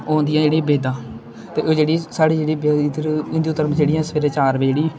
ओह् होंदी ऐ जेह्ड़ी बेदां ते ओह् जेह्ड़ी साढ़ी जेह्ड़ी बेद इद्धर हिंदु घर्म च जेह्ड़ियां सबेरे चार बजे जेह्ड़ी